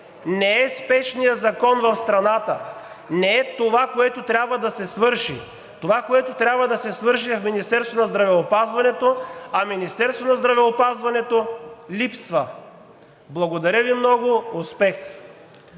не е спешният закон в страната. Не е това, което трябва да се свърши – това, което трябва да се свърши в Министерството на здравеопазването, а Министерството на здравеопазването липсва! Благодаря Ви много. Успех!